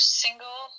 single